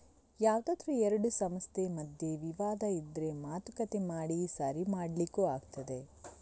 ಯಾವ್ದಾದ್ರೂ ಎರಡು ಸಂಸ್ಥೆ ಮಧ್ಯೆ ವಿವಾದ ಇದ್ರೆ ಮಾತುಕತೆ ಮಾಡಿ ಸರಿ ಮಾಡ್ಲಿಕ್ಕೂ ಆಗ್ತದೆ